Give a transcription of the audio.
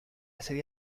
serie